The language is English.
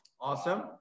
Awesome